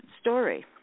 story